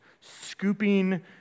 scooping